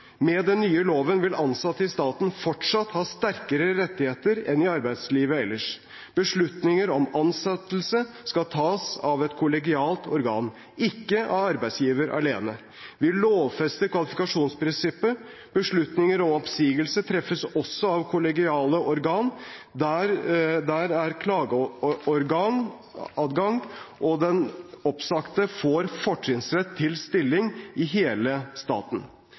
ansatte i staten fortsatt ha sterkere rettigheter enn i arbeidslivet ellers. Beslutninger om ansettelse skal tas av et kollegialt organ, ikke av arbeidsgiver alene. Vi lovfester kvalifikasjonsprinsippet. Beslutninger om oppsigelse treffes også av et kollegialt organ, det er klageadgang, og den oppsagte får fortrinnsrett til stilling i hele staten.